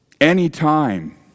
Anytime